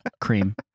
Cream